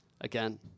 again